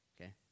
Okay